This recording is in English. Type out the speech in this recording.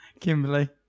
Kimberly